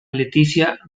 leticia